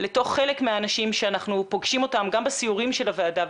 בטח ובטח של כל הגורמים שעוסקים פה בעבודה,